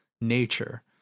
nature